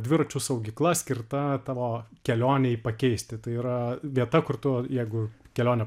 dviračių saugykla skirta tavo kelionei pakeisti tai yra vieta kur tu jeigu kelionė